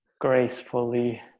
gracefully